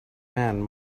man